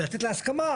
לתת לה הסכמה,